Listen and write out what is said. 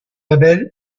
label